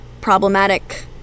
problematic